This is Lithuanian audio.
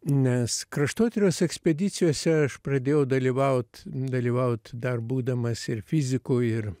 nes kraštotyros ekspedicijose aš pradėjau dalyvaut dalyvaut dar būdamas ir fiziku ir